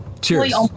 cheers